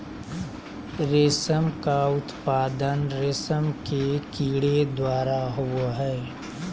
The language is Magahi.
रेशम का उत्पादन रेशम के कीड़े द्वारा होबो हइ